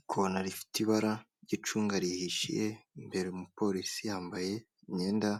Ikona rifite ibara ry'icunga rihishijeye imbere umupolisi yambaye imyenda